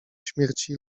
śmierci